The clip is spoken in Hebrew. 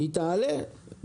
היא תעלה,